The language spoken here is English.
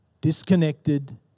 disconnected